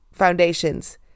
foundations